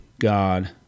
God